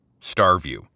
Starview